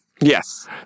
Yes